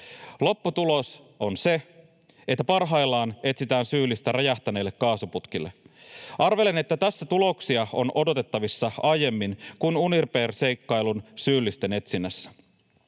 Lopputulos on se, että parhaillaan etsitään syyllistä räjähtäneille kaasuputkille. Arvelen, että tässä tuloksia on odotettavissa aiemmin kuin Uniper-seikkailun syyllisten etsinnässä.